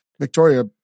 Victoria